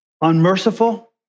unmerciful